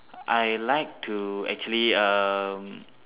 I like to actually um